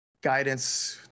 guidance